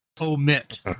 omit